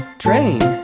train